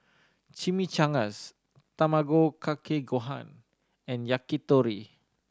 Chimichangas Tamago Kake Gohan and Yakitori